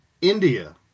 India